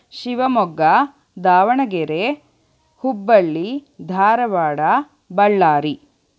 Shivamogga Davanagere Hubballi Dharwad Ballari